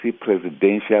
presidential